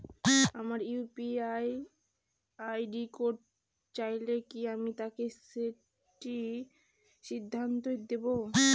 আমার UPI ID কেউ চাইলে কি আমি তাকে সেটি নির্দ্বিধায় দেব?